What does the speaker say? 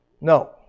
No